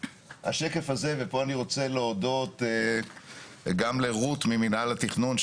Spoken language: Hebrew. ופה אני רוצה להודות גם לרות ממינהל התכנון,